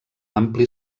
ampli